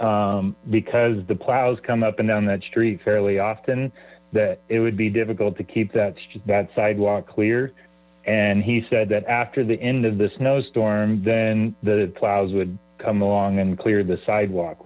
that because the plows come up and down that street fairly often that it would be difficult to keep that that sidewalk clear and he said that after the end of the snowstorm then the plows would come along and clear the sidewalk